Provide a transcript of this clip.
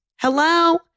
Hello